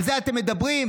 על זה אתם מדברים?